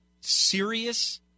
serious